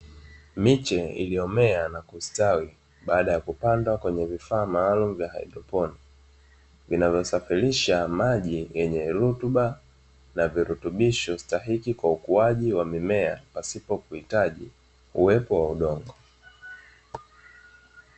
Miche iliyomea na kustawi baada ya kupandwa kwenye vifaa maalumu vya haidroponi, vinavyosafirisha maji yenye rutuba na virutubisho stahiki kwa ukuaji wa mmea pasipo kuhitaji uwepo wa udongo.